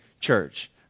church